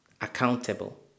accountable